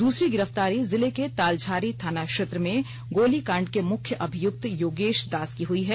दूसरी गिरफ्तारी जिले के तालझारी थाना क्षेत्र में गोली कांड के मुख्य अभियुक्त योगेश दास की हई है